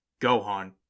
Gohan